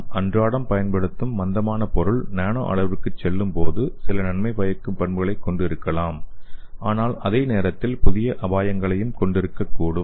நாம் அன்றாலம் பயன்படுத்தும் மந்தமான பொருள் நானோ அளவிற்குச் செல்லும்போது சில நன்மை பயக்கும் பண்புகளைக் கொண்டிருக்கலாம் ஆனால் அதே நேரத்தில் புதிய அபாயங்களையும் கொண்டிருக்கக்கூடும்